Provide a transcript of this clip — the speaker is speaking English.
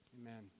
Amen